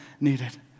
needed